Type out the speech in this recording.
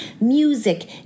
Music